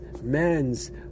man's